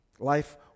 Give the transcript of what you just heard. Life